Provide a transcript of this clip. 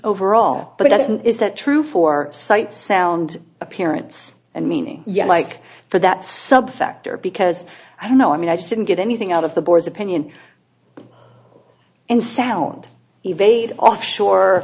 overall but doesn't is that true for sight sound appearance and meaning yeah like for that subsector because i don't know i mean i just didn't get anything out of the boys opinion and sound evade offshore a